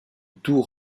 tout